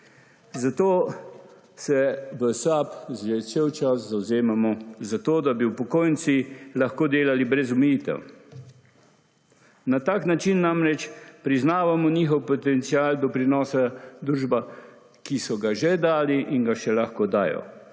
zato se v SAB cel čas zavzemamo za to, da bi upokojenci lahko delali brez omejitev. Na tak način namreč priznavamo njihov potencial doprinosa družba, ki so ga že dali in ga še lahko dajo,